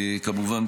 כמובן,